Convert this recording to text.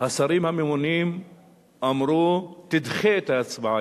השרים הממונים אמרו: תדחה את ההצבעה,